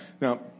Now